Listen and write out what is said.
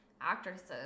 actresses